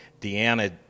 Deanna